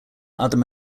other